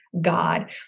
God